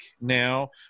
now